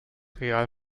real